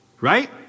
Right